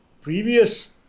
previous